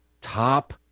top